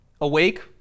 Awake